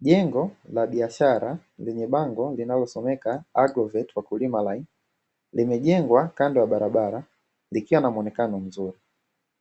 Jengo la biashara lenye bango linalosomeka "agroveti wakulima line"limejengwa kando ya Barabara likiwa na muonekano mzuri.